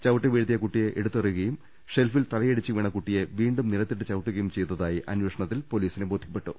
ചവിട്ടി വീഴ്ത്തിയ കുട്ടിയെ എടുത്തെറിയുകയും ഷെൽഫിൽ തലയിടിച്ച് വീണ കുട്ടിയെ വീണ്ടും നിലത്തിട്ട് ചവിട്ടുകയും ചെയ്തതായി അന്വേഷണ ത്തിൽ പൊലീസിന് ബോധ്യപ്പെട്ടു